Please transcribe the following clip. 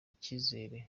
icyizere